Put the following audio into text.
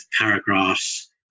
paragraphs